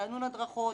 ריענון הדרכות.